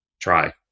try